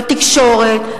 בתקשורת,